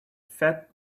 fed